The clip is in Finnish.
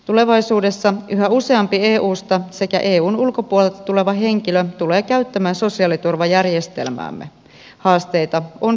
tulevaisuudessa yhä useampi eusta sekä eun ulkopuolelta tuleva henkilö tulee käyttämään sosiaaliturvajärjestelmäämme haasteita on siis tiedossa